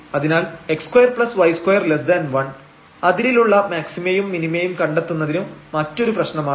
അതിനാൽ x2y21 അതിരിലുള്ള മാക്സിമയും മിനിമയും കണ്ടെത്തുന്നതും മറ്റൊരു പ്രശ്നമാണ്